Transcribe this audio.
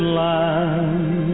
land